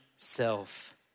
self